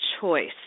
choice